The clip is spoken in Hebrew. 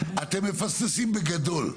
אתם מפספסים בגדול,